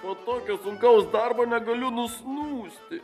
po tokio sunkaus darbo negaliu nusnūsti